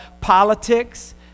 politics